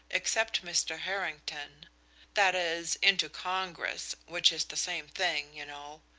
except mr. harrington that is, into congress, which is the same thing, you know.